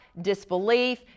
disbelief